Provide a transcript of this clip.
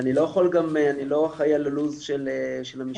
ואני לא אחראי על הלו"ז של המשנה.